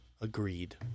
agreed